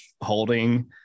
holding